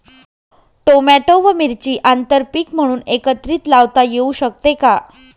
Tomato व मिरची आंतरपीक म्हणून एकत्रित लावता येऊ शकते का?